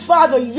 Father